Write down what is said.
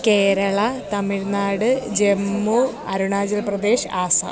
केरळा तमिळ्नाड् जम्मु अरुणाचलप्रदेशः आसाम्